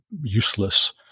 useless